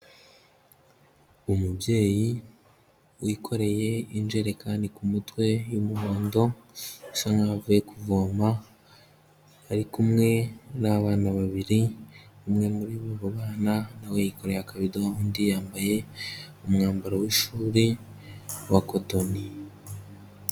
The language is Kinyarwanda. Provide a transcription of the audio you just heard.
Umubyeyi wikoreye injerekani ku mutwe y'umuhondo usa nkaho avuye kuvoma, ari kumwe n'abana babiri, umwe muri abo bana na we yikoreye akabido, undi yambaye umwambaro w'ishuri wa kotoni.